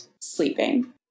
sleeping